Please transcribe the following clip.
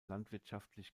landwirtschaftlich